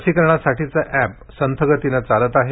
लसीकरणासाठीचं app संथगतीनं चालत आहे